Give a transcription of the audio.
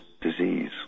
disease